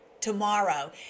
tomorrow